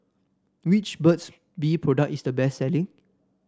which Burt's Bee product is the best selling